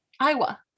Iowa